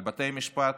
על בתי המשפט,